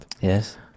Yes